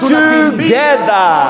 together